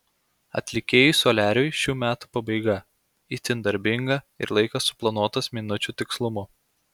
atlikėjui soliariui šių metų pabaiga itin darbinga ir laikas suplanuotas minučių tikslumu